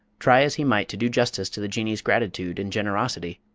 try as he might to do justice to the jinnee's gratitude and generosity,